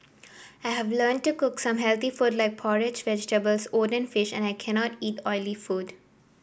I have learned to cook some healthy food like porridge vegetables oat and fish and I cannot eat oily food